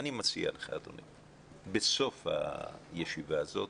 אני מציע לך, אדוני, בסוף הישיבה הזאת